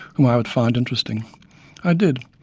whom i would find interesting i did,